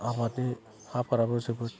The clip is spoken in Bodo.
आबादनि हाफोराबो जोबोद